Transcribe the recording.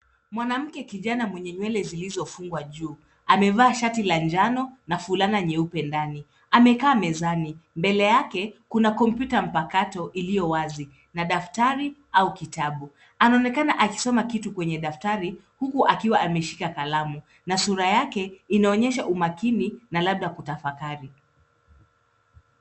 Mwanamke kijana mwenye nywele zilizofungwa juu, amevaa shati la njano na fulana nyeupe ndani. Amekaa mezani. Mbele yake kuna kompyuta mpakato iliyo wazi na daftari au kitabu. Anaonekana akisoma kitu kwenye daftari huku akiwa ameshika kalamu na sura yake inaonyesha umakini na labda kutafakari.